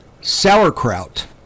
sauerkraut